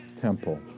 temple